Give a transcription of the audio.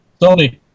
Sony